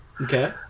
Okay